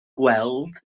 gweld